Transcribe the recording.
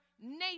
nation